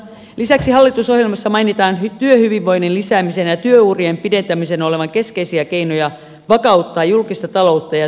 lisäksi hallitusohjelmassa mainitaan työhyvinvoinnin lisäämisen ja työurien pidentämisen olevan keskeisiä keinoja vakauttaa julkista taloutta ja työllisyyttä